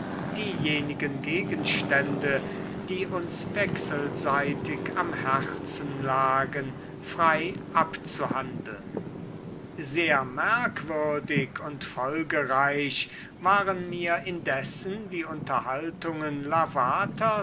diejenigen gegenstände die uns wechselseitig am herzen lagen frei abzuhandeln sehr merkwürdig und folgereich waren mir indessen die unterhaltungen lavaters